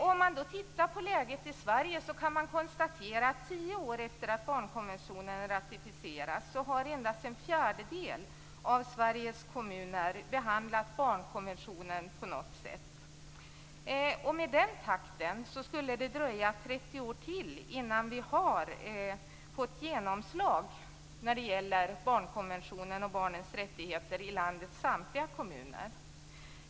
Om man tittar närmare på läget i Sverige kan man konstatera att tio år efter att barnkonventionen ratificerats har endast en fjärdedel av Sveriges kommuner behandlat barnkonventionen på något sätt. Med den takten skulle det dröja 30 år till innan vi har fått genomslag när det gäller barnkonventionen och barnens rättigheter i landets samtliga kommuner.